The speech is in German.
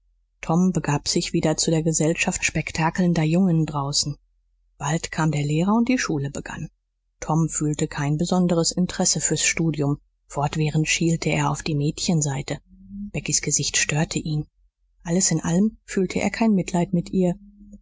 tom begab sich wieder zu der gesellschaft spektakelnder jungen draußen bald kam der lehrer und die schule begann tom fühlte kein besonderes interesse fürs studium fortwährend schielte er auf die mädchenseite beckys gesicht störte ihn alles in allem fühlte er kein mitleid mit ihr